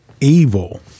evil